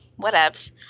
whatevs